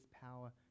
power